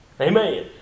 Amen